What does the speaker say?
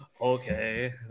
Okay